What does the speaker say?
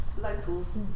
locals